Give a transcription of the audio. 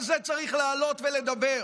על זה צריך לעלות ולדבר,